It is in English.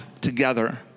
together